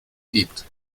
gibt